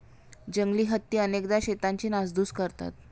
जंगली हत्ती अनेकदा शेतांची नासधूस करतात